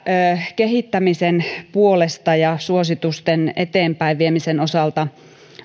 kehittämisen puolesta ja suositusten eteenpäinviemisen osalta